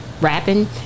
rapping